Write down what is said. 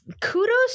kudos